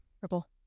Purple